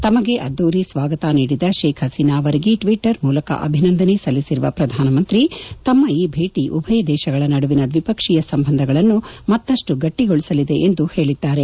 ತಮಗೆ ಅದ್ಧೂರಿ ಸ್ವಾಗತ ನೀಡಿದ ಶೇಖ್ ಪಸೀನಾ ಅವರಿಗೆ ಟ್ವೀಟರ್ ಮೂಲಕ ಅಭಿನಂದನೆ ಸಲ್ಲಿಸಿರುವ ಪ್ರಧಾನಮಂತ್ರಿ ನರೇಂದ್ರ ಮೋದಿ ತಮ್ಮ ಈ ಭೇಟಿ ಉಭಯ ದೇಶಗಳ ನಡುವಿನ ದ್ವಿಪಕ್ಷೀಯ ಸಂಬಂಧಗಳನ್ನು ಮತ್ತಷ್ಟು ಗಟ್ಟಿಗೊಳಿಸಲಿದೆ ಎಂದು ಹೇಳಿದ್ದಾರೆ